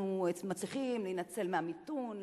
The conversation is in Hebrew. אנחנו מצליחים להינצל מהמיתון,